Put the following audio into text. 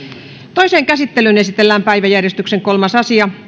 toiseen käsittelyyn esitellään päiväjärjestyksen kolmas asia